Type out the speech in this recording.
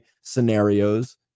scenarios